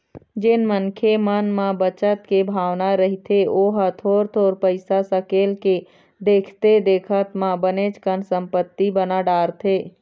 जेन मनखे के मन म बचत के भावना रहिथे ओहा थोर थोर पइसा सकेल के देखथे देखत म बनेच कन संपत्ति बना डारथे